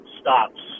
stops